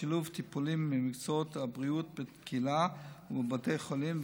בשילוב טיפולים ממקצועות הבריאות בקהילה ובבתי החולים,